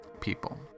people